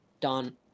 done